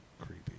creepy